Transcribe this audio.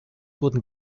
wurden